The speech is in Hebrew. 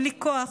בלי כוח,